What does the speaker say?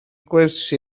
gwersi